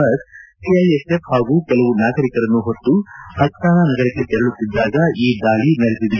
bus CISF ಹಾಗೂ ಕೆಲವು ನಾಗರಿಕರನ್ನು ಹೊತ್ತು ಅಕ್ಲಾನ ನಗರಕ್ಕೆ ತೆರಳುತಿದ್ದಾಗ ಈ ದಾಳ ನಡೆದಿದೆ